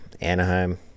Anaheim